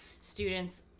students